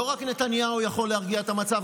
לא רק נתניהו יכול להרגיע את המצב,